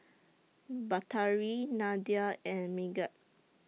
Batari Nadia and Megat